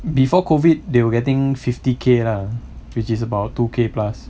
before COVID they were getting fifty K lah which is about two K plus